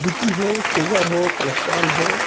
B P हो sugar हो cholesterol हो